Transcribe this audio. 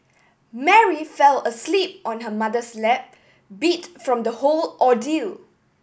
Mary fell asleep on her mother's lap beat from the whole ordeal